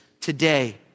today